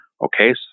Okay